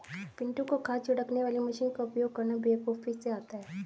पिंटू को खाद छिड़कने वाली मशीन का उपयोग करना बेखूबी से आता है